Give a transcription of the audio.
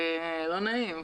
זה לא נעים.